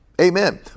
Amen